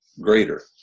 greater